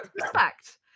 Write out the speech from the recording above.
respect